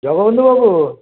জগবন্ধুবাবু